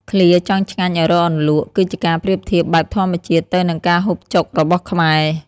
ឃ្លា «ចង់ឆ្ងាញ់ឱ្យរកអន្លក់» គឺជាការប្រៀបធៀបបែបធម្មជាតិទៅនឹងការហូបចុករបស់ខ្មែរ។